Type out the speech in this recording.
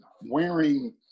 wearing